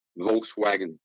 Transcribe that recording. Volkswagen